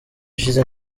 ishize